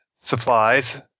supplies